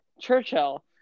churchill